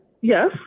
Yes